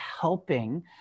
helping